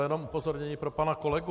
Jenom upozornění pro pana kolegu.